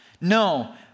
No